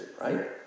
right